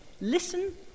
Listen